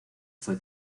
fue